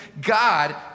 God